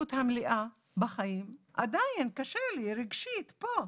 השותפות המלאה בחיים, עדיין קשה לי רגשית, פה,